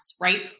right